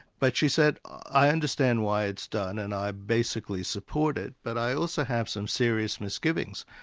but she said, i understand why it's done and i basically support it, but i also have some serious misgivings.